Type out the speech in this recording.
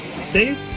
save